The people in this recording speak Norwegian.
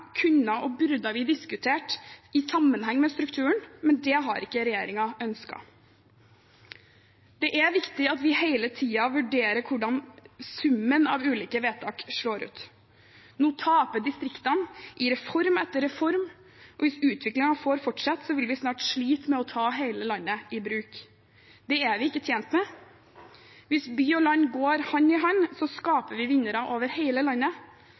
kunne og burde vi diskutert i sammenheng med strukturen, men det har ikke regjeringen ønsket. Det er viktig at vi hele tiden vurderer hvordan summen av ulike vedtak slår ut. Nå taper distriktene i reform etter reform, og hvis utviklingen får fortsette, vil vi snart slite med å ta hele landet i bruk. Det er vi ikke tjent med. Hvis by og land går hand i hand, skaper vi vinnere over hele landet.